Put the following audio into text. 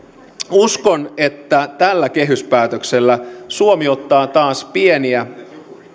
uskon että tällä kehyspäätöksellä suomi ottaa taas pieniä